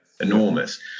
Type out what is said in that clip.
Enormous